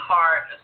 Heart